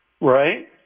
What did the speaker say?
right